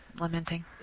lamenting